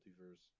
multiverse